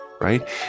right